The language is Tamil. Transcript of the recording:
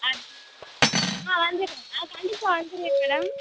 ஆ ஆ வந்துடுறேன் ஆ கண்டிப்பாக வந்துருவேன் மேடம்